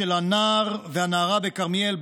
שלנער ולנערה בכרמיאל,